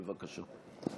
בבקשה.